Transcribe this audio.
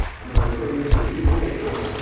i'm gonna refer you to these papers.